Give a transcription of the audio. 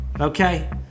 okay